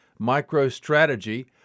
MicroStrategy